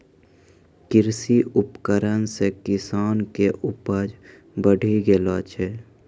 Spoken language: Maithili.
कृषि उपकरण से किसान के उपज बड़ी गेलो छै